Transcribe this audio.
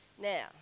Now